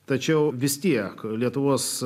tačiau vis tiek lietuvos